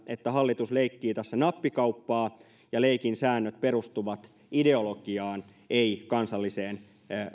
että hallitus leikkii tässä nappikauppaa ja leikin säännöt perustuvat ideologiaan eivät kansalliseen